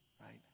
Right